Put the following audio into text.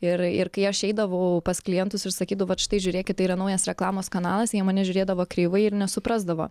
ir ir kai aš eidavau pas klientus ir sakydavau vat štai žiūrėkit tai yra naujas reklamos kanalas jie į mane žiūrėdavo kreivai ir nesuprasdavo